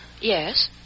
Yes